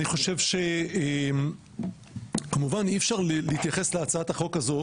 אני חושב שכמובן אי אפשר להתייחס להצעת החוק הזו